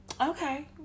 okay